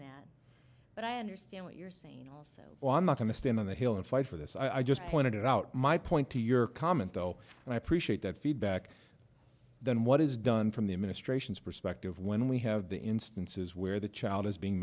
right but i understand what you're saying on not going to stand on the hill and fight for this i just pointed out my point to your comment though and i appreciate that feedback than what is done from the administration's perspective when we have the instances where the child is being